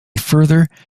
further